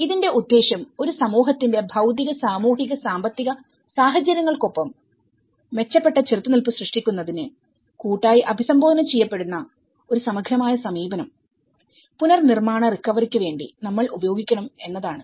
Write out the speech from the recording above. ഇതിന്റെ ഉദ്ദേശം ഒരു സമൂഹത്തിന്റെ ഭൌതിക സാമൂഹിക സാമ്പത്തിക സാഹചര്യങ്ങൾക്കൊപ്പം മെച്ചപ്പെട്ട ചെറുത്തുനിൽപ്പ് സൃഷ്ടിക്കുന്നതിന് കൂട്ടായി അഭിസംബോധന ചെയ്യപ്പെടുന്ന ഒരു സമഗ്രമായ സമീപനംപുനർനിർമ്മാണ റിക്കവറി ക്ക് വേണ്ടി നമ്മൾ ഉപയോഗിക്കണം എന്നതാണ്